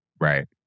Right